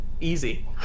Easy